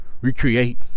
recreate